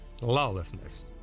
lawlessness